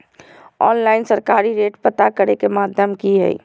Online सरकारी rate पता करे के माध्यम की हय?